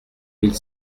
mille